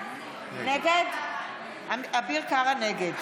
נגד אלכס קושניר, נגד